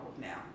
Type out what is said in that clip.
now